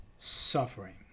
suffering